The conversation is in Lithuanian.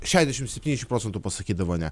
šešiasdešim septyniasdešim procentų pasakydavo ne